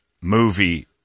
movie